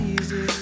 easy